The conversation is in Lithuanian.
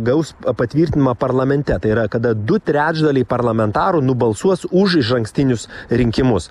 gaus patvirtinimą parlamente tai yra kada du trečdaliai parlamentarų nubalsuos už išankstinius rinkimus